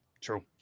True